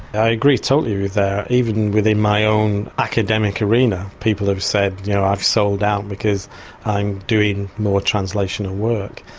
i agree totally with that even within my own academic arena people have said you know i've sold out because i'm doing more translational work.